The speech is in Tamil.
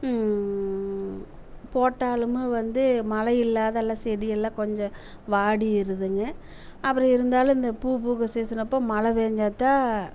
போட்டாலுமே வந்து மழை இல்லாத எல்லா செடி எல்லாம் கொஞ்சம் வாடிருதுங்க அப்புறம் இருந்தாலும் இந்த பூ பூக்கிற சீசன் அப்போது மழை பேஞ்சாத்தான்